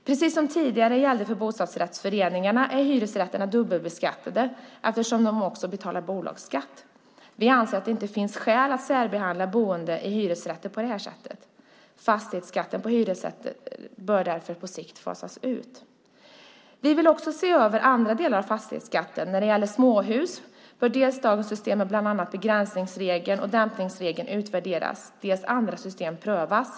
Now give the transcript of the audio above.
Precis så som tidigare gällde för bostadsrättsföreningar är hyresrätter dubbelbeskattade eftersom de också betalar bolagsskatt. Vi anser att det inte finns skäl att särbehandla boende i hyresrätter på detta sätt. Fastighetsskatten på hyresrätter bör därför på sikt fasas ut. Vi vill också se över andra delar av fastighetsskatten. När det gäller småhus bör dels dagens system med bland annat begränsningsregeln och dämpningsregeln utvärderas dels bör andra system prövas.